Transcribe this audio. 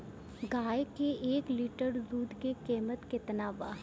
गाए के एक लीटर दूध के कीमत केतना बा?